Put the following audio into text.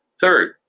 Third